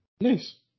Nice